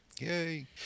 Yay